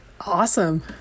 Awesome